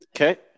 Okay